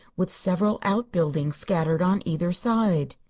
with several outbuildings scattered on either side.